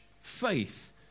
faith